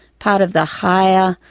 part of the higher,